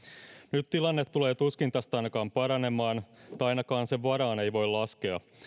nyt tilanne tulee tuskin tästä ainakaan paranemaan tai ainakaan sen varaan ei voi laskea